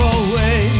away